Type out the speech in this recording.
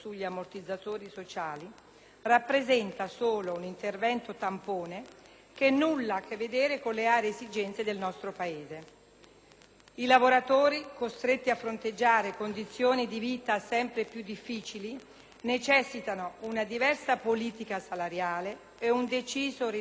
rappresenta solo un intervento tampone, che nulla ha a che vedere con le reali esigenze del nostro Paese. I lavoratori, costretti a fronteggiare condizioni di vita sempre più difficili, necessitano di una diversa politica salariale e un deciso rilancio del *welfare* pubblico.